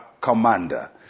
commander